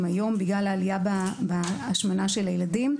היום בגלל העלייה בהשמנה של הילדים,